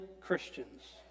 christians